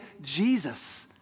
Jesus